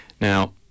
Now